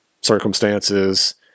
circumstances